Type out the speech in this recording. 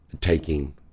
taking